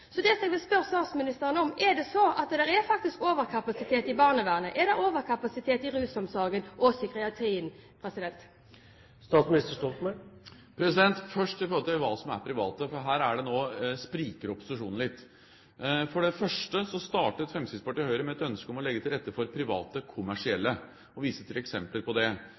Det jeg vil spørre statsministeren om, er: Er det slik at det er overkapasitet i barnevernet? Er det overkapasitet i rusomsorgen og i psykiatrien? Først om hva som er private, for her spriker opposisjonen litt. For det første startet Fremskrittspartiet og Høyre med et ønske om å legge til rette for private kommersielle og viste til eksempler på det.